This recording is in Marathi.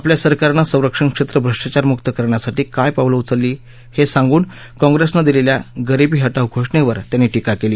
आपल्या सरकारनं संरक्षण क्षद्व भ्रष्टाचार मुक्त करण्यासाठी काय पावलं उचलली हस्तिांगून काँग्रस्मिं दिलख्या गरीबी हटाव घोषणध्ति त्यांनी टीका क्ली